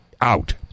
out